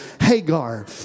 Hagar